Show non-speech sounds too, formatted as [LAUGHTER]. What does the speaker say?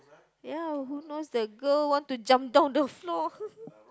ya who knows the girl want to jump down the floor [LAUGHS]